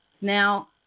Now